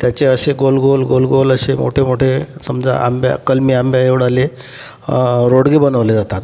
त्याचे असे गोलगोल गोलगोल असे मोठेमोठे समजा आंब्या कलमी आंब्याएवढाले रोडगे बनवले जातात